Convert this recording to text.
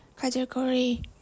category